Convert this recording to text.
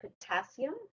potassium